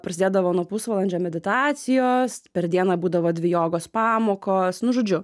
prasidėdavo nuo pusvalandžio meditacijos per dieną būdavo dvi jogos pamokos nu žodžiu